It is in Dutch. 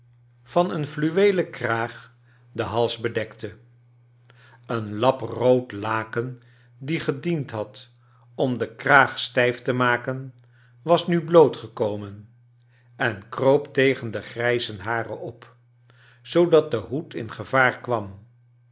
van een fluweelen kraag den hals bedekte een lap rood laken die gediend had om de kraag stijf te maken was nu bloot gekomen en kroop tcgen de grijze haren op zoodat de hoed in gevaar kwam